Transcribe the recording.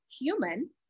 human